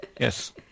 yes